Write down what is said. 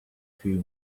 few